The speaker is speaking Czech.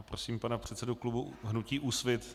Prosím pana předsedu klubu hnutí Úsvit.